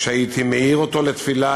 כשהייתי מעיר אותו לתפילה,